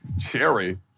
Cherry